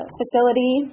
facility